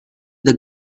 the